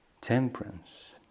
temperance